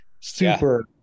super